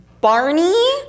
Barney